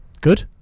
Good